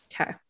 okay